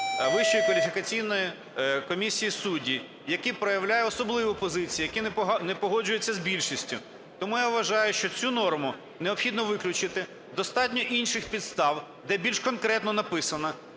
Вищої кваліфікаційної комісії суддів, який проявляє особливу позицію, який не погоджується з більшістю. Тому я вважаю, що цю норму необхідно виключити. Достатньо інших підстав, де більш конкретно написано,